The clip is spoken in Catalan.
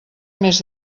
més